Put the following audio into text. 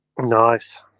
Nice